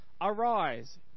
Arise